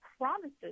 promises